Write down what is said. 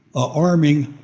arming